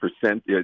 percent